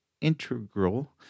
integral